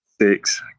Six